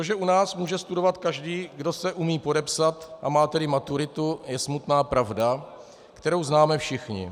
To, že u nás může studovat každý, kdo se umí podepsat, a má tedy maturitu, je smutná pravda, kterou známe všichni.